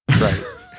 right